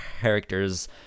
characters